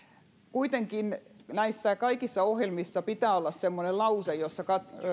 kuitenkin näissä kaikissa ohjelmissa pitää olla semmoinen lause jossa